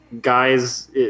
Guys